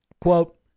Quote